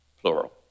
plural